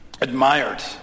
admired